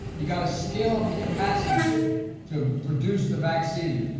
you've got to scale up the capacity to produce the vaccine.